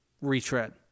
retread